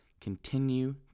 continue